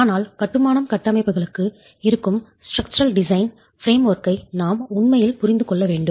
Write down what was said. ஆனால் கட்டுமானம் கட்டமைப்புகளுக்கு இருக்கும் ஸ்ட்ருசரால் டிசைன் ஃப்ரேம் வொர்க்கை நாம் உண்மையில் புரிந்து கொள்ள வேண்டும்